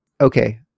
Okay